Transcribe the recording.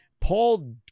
Paul